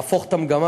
להפוך את המגמה.